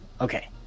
Okay